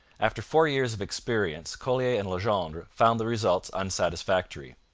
after four years of experience collier and legendre found the results unsatisfactory.